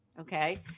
Okay